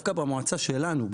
דווקא במועצה שלנו,